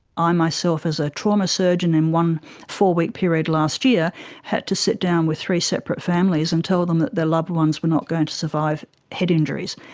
i myself as a trauma surgeon in one four-week period last year had to sit down with three separate families and tell them that their loved ones were not going to survive head injuries.